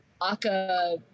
Aka